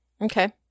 Okay